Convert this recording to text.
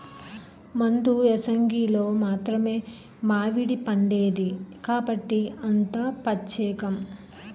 మండు ఏసంగిలో మాత్రమే మావిడిపండేది కాబట్టే అంత పచ్చేకం